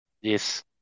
Yes